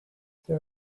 there